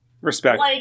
Respect